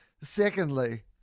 Secondly